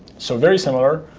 so very similar.